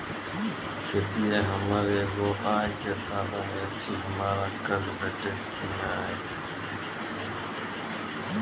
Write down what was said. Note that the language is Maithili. खेतीये हमर एगो आय के साधन ऐछि, हमरा कर्ज भेटतै कि नै?